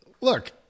look